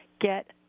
get